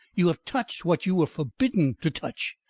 you have touched what you were forbidden to touch!